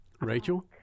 Rachel